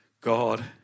God